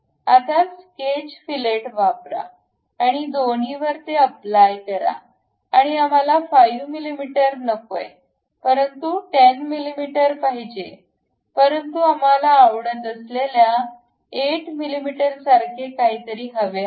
तर आता sketch fillet वापरा आणि दोन्हीवर हे अप्लाय करा आणि आम्हाला 5 मिमी नको परंतु 10 मिमी पाहिजे परंतु आम्हाला आवडत असलेल्या 8 मिमीसारखे काहीतरीहवे आहे